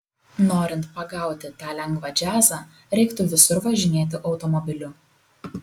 norint pagauti tą lengvą džiazą reiktų visur važinėti automobiliu